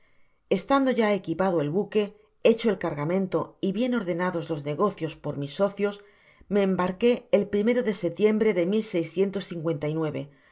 estando ya equipado el buque hecho el cargamento y bien ordenados los negocios por mis socios me embarqué el de setiembre de aniversario fatal del